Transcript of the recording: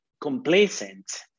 complacent